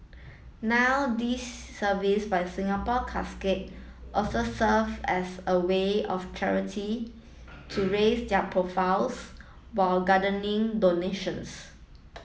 now this service by Singapore Casket also serves as a way of charity to raise their profiles while garnering donations